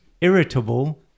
Irritable